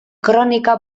kronika